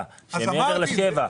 שמעבר לשבעה קילומטר -- אז אמרתי את זה.